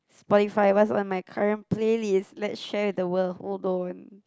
Spotify what's in my current playlist let's share with the world hold on